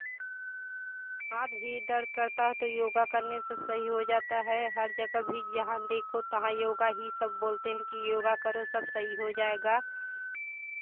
हाथ भी दर्द करता है तो योगा करने से सही हो जाता है हर जगह भी जहाँ देखो तहाँ योगा ही सब बोलते हैं कि योगा करो सब सही हो जाएगा